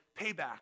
payback